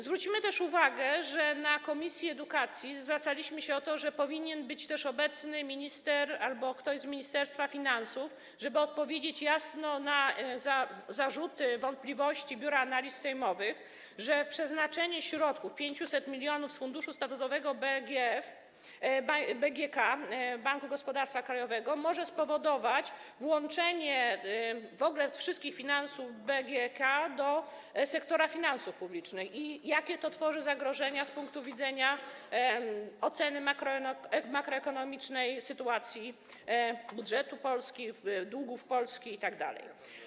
Zwróćmy też uwagę, że w komisji edukacji zwracaliśmy się o to, że powinien być też obecny minister albo ktoś z Ministerstwa Finansów, żeby odpowiedzieć jasno na zarzuty, wątpliwości Biura Analiz Sejmowych co do tego, że przeznaczenie środków, 500 mln z funduszu statutowego BGK, Banku Gospodarstwa Krajowego, może spowodować włączenie w ogóle wszystkich finansów BGK do sektora finansów publicznych - jakie to tworzy zagrożenia z punktu widzenia oceny makroekonomicznej sytuacji budżetu Polski, długów Polski itd.